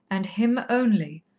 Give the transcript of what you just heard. and him only,